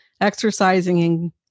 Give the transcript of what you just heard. exercising